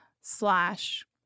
slash